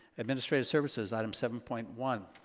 administrative services, item seven point one.